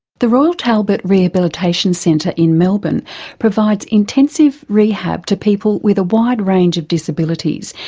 the royal talbot rehabilitation centre in melbourne provides intensive rehab to people with a wide range of disabilities,